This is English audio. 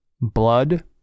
blood